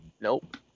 Nope